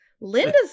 Linda's